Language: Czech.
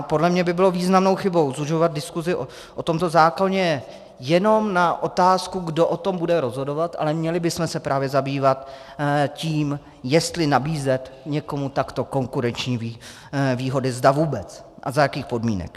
Podle mě by bylo významnou chybou zužovat diskusi o tomto zákoně jenom na otázku, kdo o tom bude rozhodovat, ale měli bychom se právě zabývat tím, jestli nabízet někomu takto konkurenční výhody, zda vůbec a za jakých podmínek.